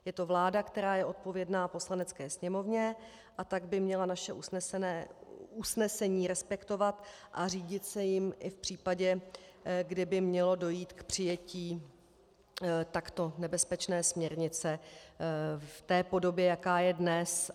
Je to vláda, která je odpovědná Poslanecké sněmovně, a tak by měla naše usnesení respektovat a řídit se jím i v případě, kdyby mělo dojít k přijetí takto nebezpečné směrnice v té podobě, jaká je dnes.